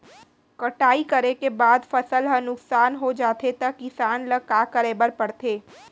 कटाई करे के बाद फसल ह नुकसान हो जाथे त किसान ल का करे बर पढ़थे?